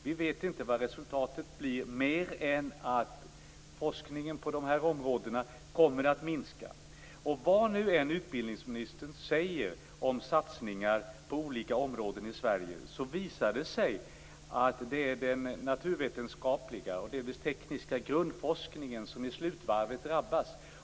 Vi vet inte vad resultatet blir mer än att forskningen på de här områdena kommer att minska. Vad nu än utbildningsministern säger om satsningar på olika områden i Sverige visar det sig att det är den naturvetenskapliga och delvis den tekniska grundforskningen som i slutvarvet drabbas.